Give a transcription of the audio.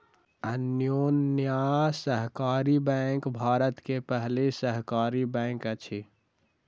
Anyonya Sahakari bank Bharat के पहिल सहकारी बैंक अछि